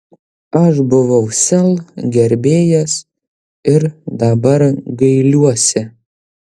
aš buvau sel gerbėjas ir dabar gailiuosi